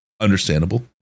Understandable